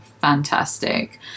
fantastic